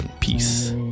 Peace